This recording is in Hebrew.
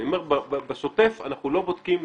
אני אומר שבשוטף אנחנו לא בודקים,